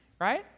right